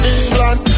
England